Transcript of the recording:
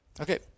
Okay